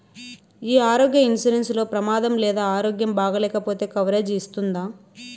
ఈ ఆరోగ్య ఇన్సూరెన్సు లో ప్రమాదం లేదా ఆరోగ్యం బాగాలేకపొతే కవరేజ్ ఇస్తుందా?